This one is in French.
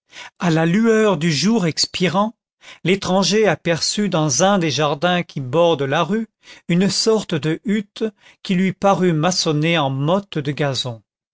à la lueur du jour expirant l'étranger aperçut dans un des jardins qui bordent la rue une sorte de hutte qui lui parut maçonnée en mottes de gazon